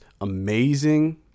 amazing